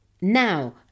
now